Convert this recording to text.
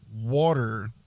water